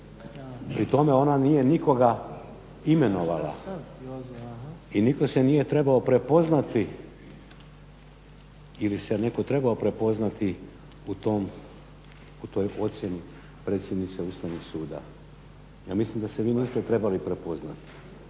Pri tome ona nije nikoga imenovala i nitko se nije trebao prepoznati ili se netko trebao prepoznati u toj ocjeni predsjednice Ustavnog suda. Ja mislim da se vi niste trebali prepoznati